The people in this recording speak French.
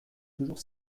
toujours